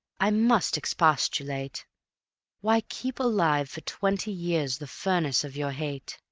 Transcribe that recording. i must expostulate why keep alive for twenty years the furnace of your hate?